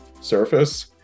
surface